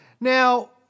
Now